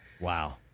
Wow